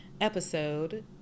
episode